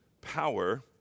power